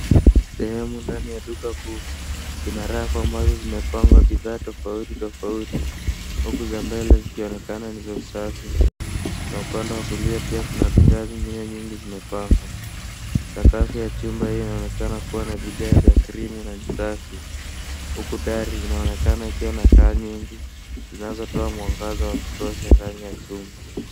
Sehemu ndani ya duka kuu, ina rafu ambazo zimepangwa bidhaa tofauti tofauti, huku za mbele zikionekana ni za usafi, na upande wa kulia pia kuna bidhaa zingine nyingi zimepangwa, sakafu ya chumba hii inaonekana kuwa na vibea vya cream na ni safi, huku paa linaonekana ikiwa na taa nyingi zinazotoa mwangaza wa kutosha ndani ya chumba.